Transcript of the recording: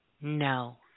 no